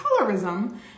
colorism